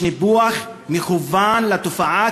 יש ניפוח מכוון של התופעה,